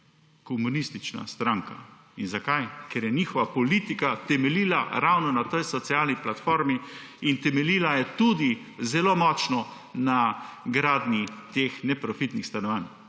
Komunistična stranka. In zakaj? ker je njihova politika temeljila ravno na tej socialni platformi in temeljila je zelo močno tudi na gradnji neprofitnih stanovanj,